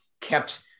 kept